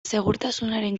segurtasunaren